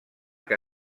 que